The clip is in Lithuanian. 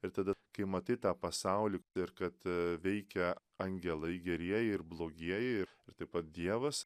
ir tada kai matai tą pasaulį ir kad a veikia angelai gerieji ir blogieji ir taip pat dievas